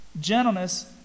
gentleness